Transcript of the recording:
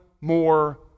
more